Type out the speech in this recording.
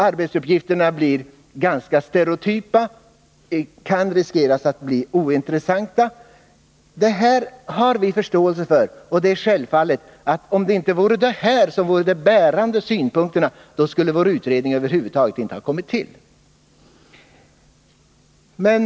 Arbetsuppgifterna blir ganska stereotypa och risk kan finnas att de blir ointressanta. Det här måste vi politiker ha förståelse för och vore så inte fallet skulle vår utredning givetvis över huvud taget inte ha kommit till stånd.